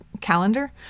calendar